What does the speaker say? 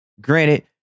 Granted